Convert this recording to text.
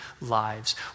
lives